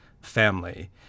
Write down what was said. family